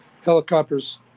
helicopters